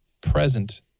present